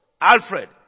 Alfred